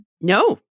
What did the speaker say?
No